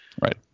Right